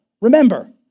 remember